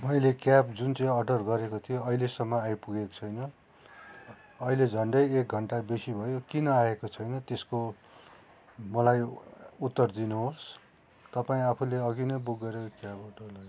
मैले क्याब जुन चाहिँ अर्डर गरेको थिएँ अहिलेसम्म आइपुगेको छैन अहिले झन्डै एक घन्टा बेसी भयो किन आएको छैन त्यसको मलाई उत्तर दिनुहोस् तपाईँ आफूले अघि नै बुक गरेर क्या हो